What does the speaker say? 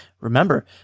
Remember